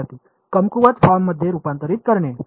विद्यार्थीः कमकुवत फॉर्ममध्ये रूपांतरित करणे